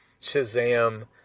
Shazam